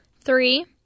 Three